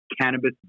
cannabis